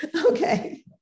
Okay